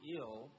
ill